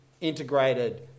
integrated